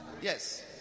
Yes